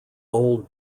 old